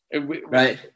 Right